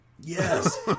Yes